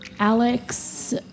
Alex